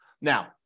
Now